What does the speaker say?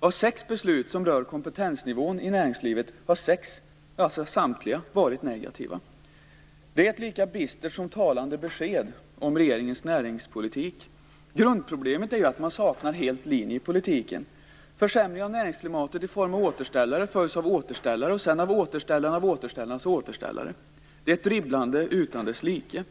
Av 6 beslut som rör kompetensnivån i näringslivet har 6, dvs. samtliga, varit negativa. Det är ett lika bistert som talande besked om regeringens näringspolitik. Grundproblemet är att man helt saknar linje i politiken. Försämringar av näringsklimatet i form av återställare följs av återställare och sedan av återställare av återställarnas återställare. Det är ett dribblande utan dess like.